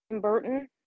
Burton